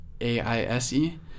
a-i-s-e